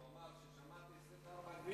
הוא אמר: כששמעתי 24 ביום,